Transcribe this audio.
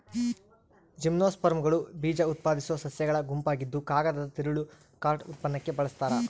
ಜಿಮ್ನೋಸ್ಪರ್ಮ್ಗಳು ಬೀಜಉತ್ಪಾದಿಸೋ ಸಸ್ಯಗಳ ಗುಂಪಾಗಿದ್ದುಕಾಗದದ ತಿರುಳು ಕಾರ್ಡ್ ಉತ್ಪನ್ನಕ್ಕೆ ಬಳಸ್ತಾರ